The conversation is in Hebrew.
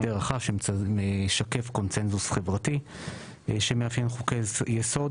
הסדר רחב שמשקף קונצנזוס חברתי שמאפיין חוקי יסוד